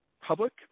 public